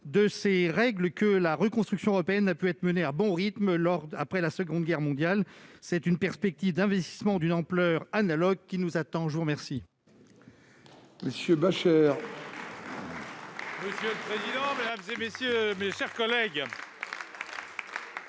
de ces règles que la reconstruction européenne a pu être menée à bon rythme après la Seconde Guerre mondiale. Or c'est la perspective d'un investissement d'une ampleur analogue qui se présente à nous.